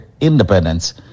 independence